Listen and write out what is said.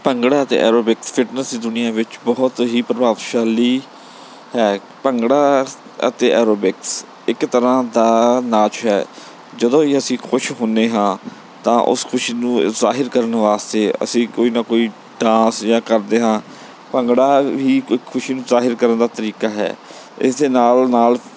ਭੰਗੜਾ ਅਤੇ aerobics fitness ਦੀ ਦੁਨੀਆਂ ਵਿੱਚ ਬਹੁਤ ਹੀ ਪ੍ਰਭਾਵਸ਼ਾਲੀ ਹੈ ਭੰਗੜਾ ਅਤੇ ਐਰੋਬਿਕਸ ਇੱਕ ਤਰ੍ਹਾਂ ਦਾ ਨਾਚ ਹੈ ਜਦੋਂ ਹੀ ਅਸੀਂ ਖੁਸ਼ ਹੁੰਦੇ ਹਾਂ ਤਾਂ ਉਸ ਖੁਸ਼ ਨੂੰ ਜ਼ਾਹਿਰ ਕਰਨ ਵਾਸਤੇ ਅਸੀਂ ਕੋਈ ਨਾ ਕੋਈ ਡਾਂਸ ਜਾ ਕਰਦੇ ਹਾਂ ਭੰਗੜਾ ਵੀ ਕੋਈ ਖੁਸ਼ੀ ਨੂੰ ਜ਼ਾਹਿਰ ਕਰਨ ਦਾ ਤਰੀਕਾ ਹੈ ਇਸ ਦੇ ਨਾਲ ਨਾਲ